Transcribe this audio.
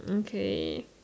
okay